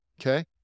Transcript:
Okay